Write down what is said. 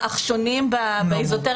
הסיטואציה